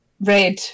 red